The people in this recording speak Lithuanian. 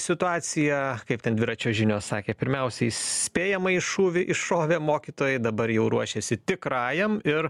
situacija kaip ten dviračio žinios sakė pirmiausiai įspėjamąjį šūvį iššovė mokytojai dabar jau ruošiasi tikrajam ir